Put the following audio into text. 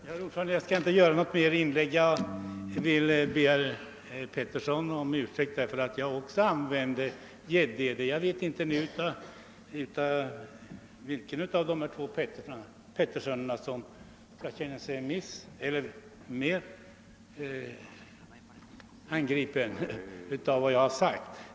Herr talman! Jag skulle egentligen inte göra något mera inlägg, men jag vill be herr Petersson i Gäddvik om ursäkt för att också jag råkade använda namnet Gäddede. Jag vet inte vilken av de två Petterssönerna som skall känna sig mest angripen genom vad jag har sagt.